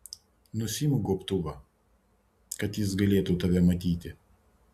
nusiimk gobtuvą kad jis galėtų tave matyti